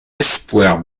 espoirs